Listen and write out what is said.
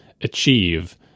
achieve